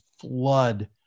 flood